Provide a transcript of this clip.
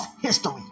history